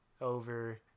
over